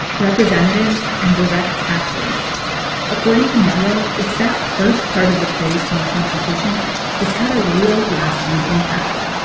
representatives and direct taxes according to margo, it's that first part of the phrase from the constitution that's had a real lasting impact.